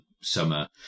summer